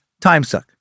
timesuck